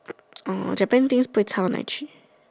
oh Japan things 不会差到哪里去